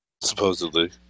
Supposedly